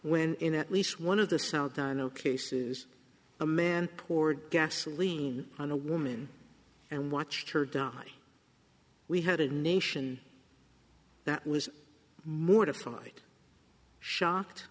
when in at least one of the south i know cases a man poured gasoline on a woman and watched her die we had a nation that was mortified shocked